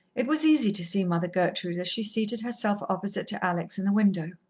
it was easy to see mother gertrude, as she seated herself opposite to alex in the window.